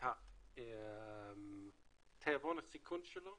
את תיאבון הסיכון שלו